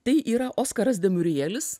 tai yra oskaras demurijelis